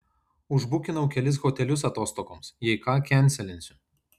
užbukinau kelis hotelius atostogoms jei ką kenselinsiu